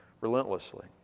relentlessly